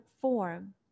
form